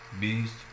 beast